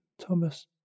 Thomas